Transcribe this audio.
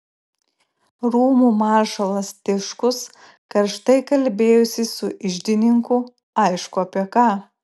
rūmų maršalas tiškus karštai kalbėjosi su iždininku aišku apie ką